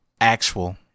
actual